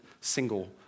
single